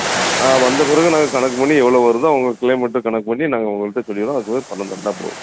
ஆ வந்தபிறகு நாங்கள் கணக்கு பண்ணி எவ்வளோ வருதோ அவ்வளோ கிலோமீட்டருக்கு கணக்கு பண்ணி நாங்கள் உங்கள்ட்ட சொல்லிடுவோம் அதுக்கப்புறம் பணம் தந்தால் போதும்